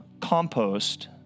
compost